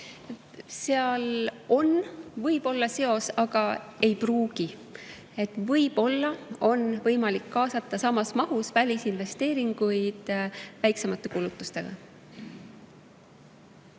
Seal võib olla seos, aga ei pruugi. Võib olla võimalik kaasata samas mahus välisinvesteeringuid väiksemate kulutustega.